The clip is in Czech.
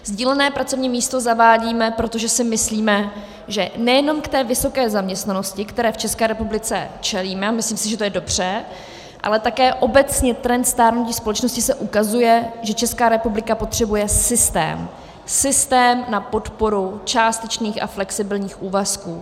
Sdílené pracovní místo zavádíme, protože si myslíme, že nejenom k té vysoké zaměstnanosti, které v České republice čelíme, a myslím si, že je to dobře, ale také obecně trend stárnutí společnosti se ukazuje, že Česká republika potřebuje systém, systém na podporu částečných a flexibilních úvazků.